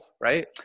right